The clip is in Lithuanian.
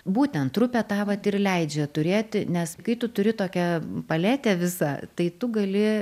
būtent trupė tą vat ir leidžia turėti nes kai tu turi tokią paletę visą tai tu gali